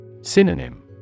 Synonym